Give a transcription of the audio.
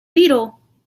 beetle